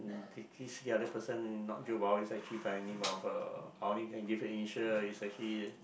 if this another person not he's actually by the name of uh I only can give initial he's actually